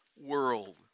world